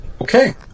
Okay